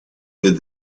with